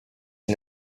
and